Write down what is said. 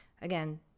again